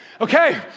Okay